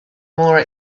more